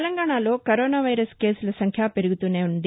తెలంగాణలో corona virus కేసుల సంఖ్య పెరుగుతూనే ఉన్నాయి